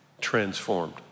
transformed